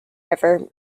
river